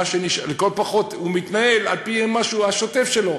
ולכל הפחות הוא מתנהל על-פי השוטף שלו,